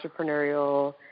entrepreneurial